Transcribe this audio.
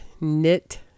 knit